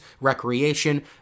recreation